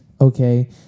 okay